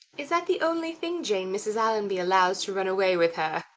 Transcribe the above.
is that the only thing, jane, mrs. allonby allows to run away with her?